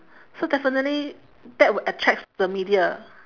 so definitely that will attract the media